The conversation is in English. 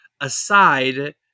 aside